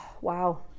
wow